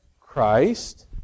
Christ